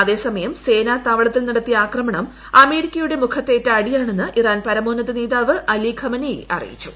അതേസമയം സേനാ താവളത്തിൽ നടത്തിയ ആക്രമണം അമേരിക്കയുടെ മുഖത്തേറ്റ അടിയാണെന്ന് ഇറാൻ പരമോന്നത നേതാവ് അലി ഖമനേയി അറിയിച്ചു